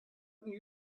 gotten